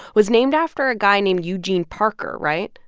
was named after a guy named eugene parker, right?